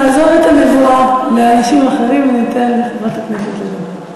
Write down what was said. נעזוב את הנבואה לאנשים אחרים וניתן לחברת הכנסת לדבר.